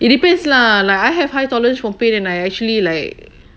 it depends lah like I have high tolerance for pain and I actually like